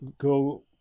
go